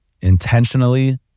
intentionally